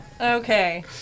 Okay